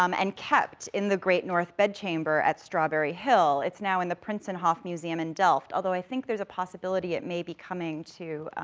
um and kept in the great north bedchamber at strawberry hill, it's now in the prinsenhof museum in delft, although i think there's a possibility it may be coming to,